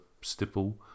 stipple